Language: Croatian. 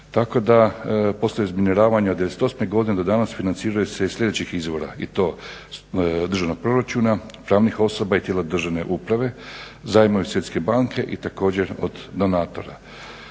Tako da poslije razminiravanja od '98. godine do danas financiraju se iz sljedećih izvora, i to: državnog proračuna, pravnih osoba i tijela državne uprave, zajmovi Svjetske banke i također od donatora.